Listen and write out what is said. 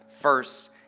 first